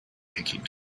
picking